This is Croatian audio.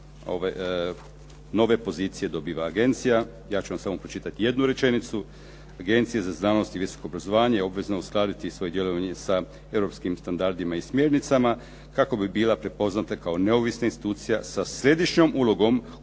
važne nove pozicije dobiva agencija. Ja ću vam samo pročitati jednu rečenicu: "Agencija za znanost i visoko obrazovanje obvezna je uskladiti svoje djelovanje sa europskim standardima i smjernicama kako bi bila prepoznata kao neovisna institucija sa središnjom ulogom u